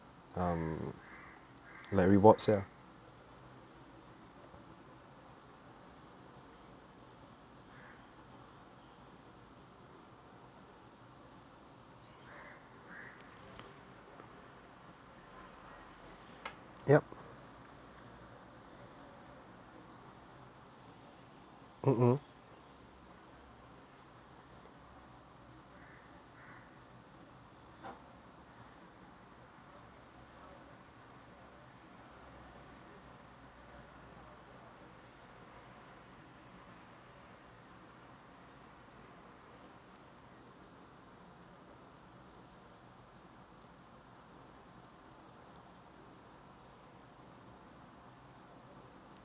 um like rewards ya yup mm mm